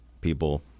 people